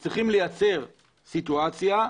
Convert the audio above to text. אנו צריכים לייצר סיטואציה,